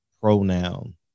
pronoun